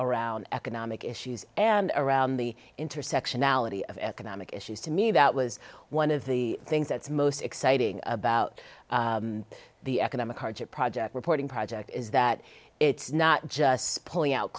around economic issues and around the intersectionality of economic issues to me that was one of the things that's most exciting about the economic hardship project reporting project is that it's not just pulling out